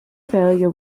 failure